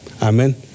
Amen